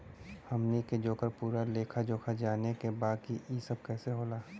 हमनी के जेकर पूरा लेखा जोखा जाने के बा की ई सब कैसे होला?